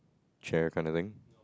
chair kind of thing